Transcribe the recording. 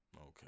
Okay